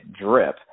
Drip